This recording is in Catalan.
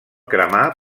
cremar